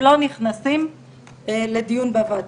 הם לא נכנסים לדיון בוועדה.